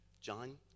John